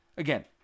Again